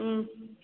ꯎꯝ